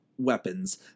Weapons